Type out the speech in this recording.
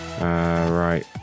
right